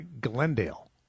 Glendale